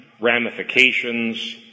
ramifications